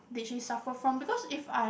did she suffer from because if I